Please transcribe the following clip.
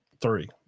three